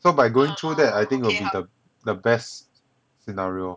so by going through that I think will be the the best scenario